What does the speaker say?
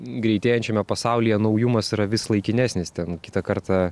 greitėjančiame pasaulyje naujumas yra vis laikinesnis ten kitą kartą